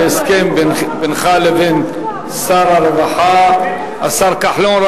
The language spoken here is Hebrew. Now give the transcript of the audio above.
זה הסכם בינך לבין שר הרווחה, השר כחלון.